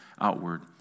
outward